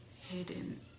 hidden